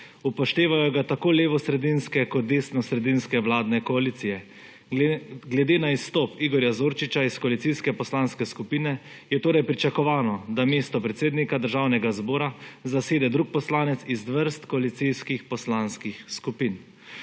Upoštevajo ga tako levosredinske kot desnosredinske vladne koalicije. Glede na izstop Igorja Zorčiča iz koalicijske poslanske skupine je torej pričakovano, da mesto predsednika Državnega zbora zasede drug poslanec iz vrst koalicijskih poslanskih skupin.